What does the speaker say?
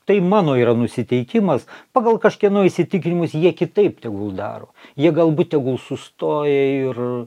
tai mano yra nusiteikimas pagal kažkieno įsitikinimus jie kitaip tegul daro jie galbūt tegul sustoja ir